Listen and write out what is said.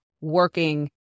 working